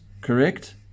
Correct